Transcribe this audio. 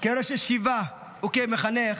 כראש ישיבה וכמחנך